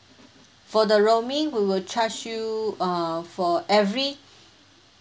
for the roaming we will charge you uh for every